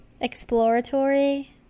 exploratory